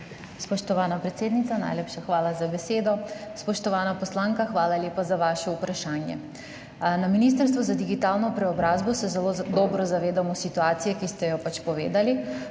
Spoštovana predsednica, najlepša hvala za besedo. Spoštovana poslanka, hvala lepa za vaše vprašanje. Na Ministrstvu za digitalno preobrazbo se zelo dobro zavedamo situacije, ki ste jo povedali.